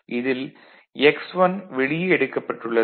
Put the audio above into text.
இதில் x1 வெளியே எடுக்கப்பட்டுள்ளது